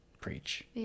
preach